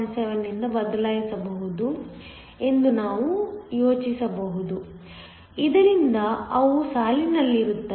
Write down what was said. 71 ರಿಂದ ಬದಲಾಯಿಸಬಹುದು ಎಂದು ನಾವು ಯೋಚಿಸಬಹುದು ಇದರಿಂದ ಅವು ಸಾಲಿನಲ್ಲಿರುತ್ತವೆ